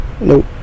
Nope